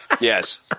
Yes